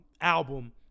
album